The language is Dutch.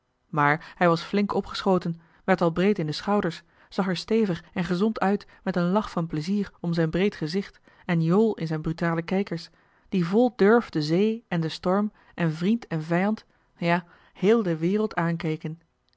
maar hij was flink opgeschoten werd al breed in de schouders zag er stevig en gezond uit met een lach van plezier om zijn breed gezicht en jool in zijn brutale kijkers die vol durf de zee en den storm en vriend en vijand ja heel de wereld aankeken